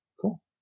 cool